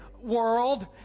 world